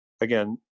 again